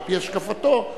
על-פי השקפתו,